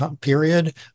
period